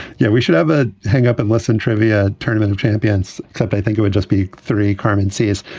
yeah, we should have a hang up and listen. trivia tournament of champions cup. i think it would just be three, carmen says.